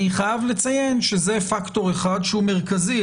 אני חייב לציין שזה פקטור אחד שהוא מרכזי,